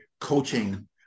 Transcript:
coaching